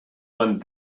one